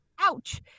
ouch